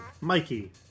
Mikey